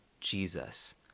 Jesus